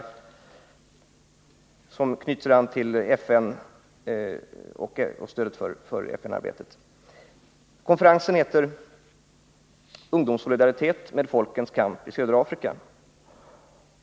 Konferensen, som hade anknytning till FN och dess arbete på det här området, hölls under temat ungdomssolidaritet med folkens kamp i södra Afrika.